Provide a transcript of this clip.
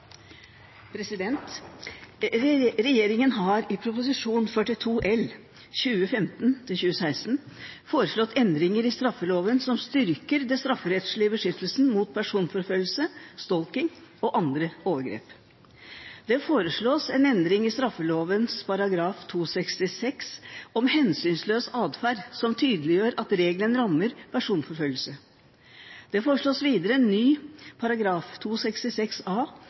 Regjeringen har i Prop. 42 L for 2015–2016 foreslått endringer i straffeloven som styrker den strafferettslige beskyttelsen mot personforfølgelse – stalking– og andre overgrep. Det foreslås en endring i straffeloven § 266 om hensynsløs atferd som tydeliggjør at regelen rammer personforfølgelse. Det foreslås videre en ny § 266 a